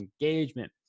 engagement